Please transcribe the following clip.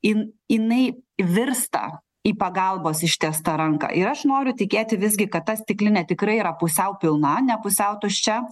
in inai virsta į pagalbos ištiestą ranką ir aš noriu tikėti visgi kad ta stiklinė tikrai yra pusiau pilna ne pusiau tuščia